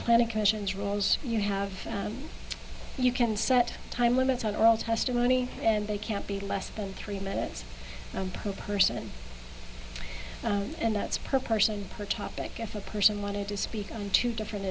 planning commissions rules you have you can set time limits on all testimony and they can't be less than three minutes per person and that's per person per topic if a person wanted to speak on two different